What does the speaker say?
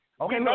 Okay